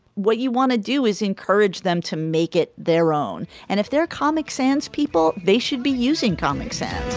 what you want to do is encourage them to make it their own. and if they're comic sans people they should be using comic sans.